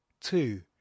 two